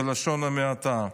בלשון המעטה.